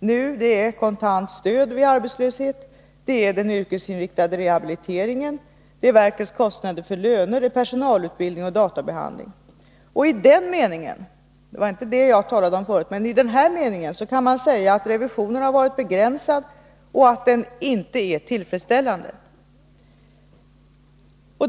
nu är kontant stöd vid arbetslöshet, yrkesinriktad rehabilitering, verkets kostnader för löner, personalutbildning och databehandling. Det var inte det jag talade om förut, men i denna betydelse kan man säga att revisionen har varit begränsad och att den inte är tillfredsställande.